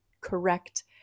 correct